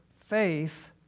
faith